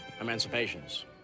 emancipations